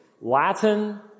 Latin